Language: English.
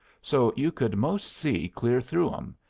so you could most see clear through em,